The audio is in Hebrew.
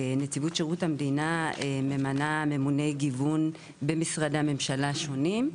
נציבות שירות המדינה ממנה ממוני גיוון במשרדי הממשלה השונים,